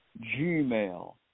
gmail